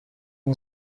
این